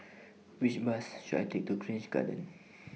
Which Bus should I Take to Grange Garden